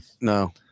No